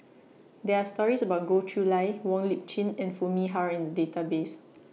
There Are stories about Goh Chiew Lye Wong Lip Chin and Foo Mee Har in The Database